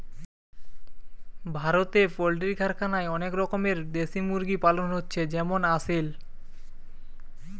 ভারতে পোল্ট্রি কারখানায় অনেক রকমের দেশি মুরগি পালন হচ্ছে যেমন আসিল